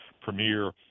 premier